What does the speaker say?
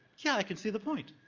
yeah, i could see the point.